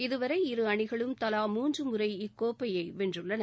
இதுவரை இரு அணிகளும் தலா மூன்று முறை இக்கோப்பையை வென்றுள்ளன